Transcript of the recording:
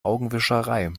augenwischerei